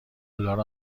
دلار